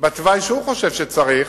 בתוואי שהוא חושב שצריך,